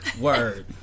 Word